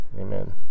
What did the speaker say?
amen